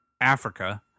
Africa